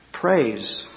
praise